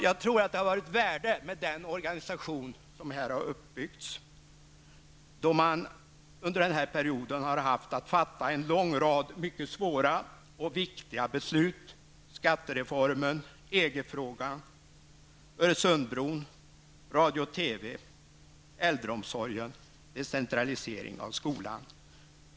Jag tror att det har varit ett värde med den organisation som här har uppbyggts, när man under den gångna perioden har haft att fatta en lång rad mycket svåra och viktiga beslut: om skattereformen, EG-frågan, Öresundsbron, radiooch TV, äldreomsorgen och decentralisering av skolan.